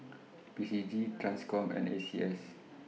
P C G TRANSCOM and A C S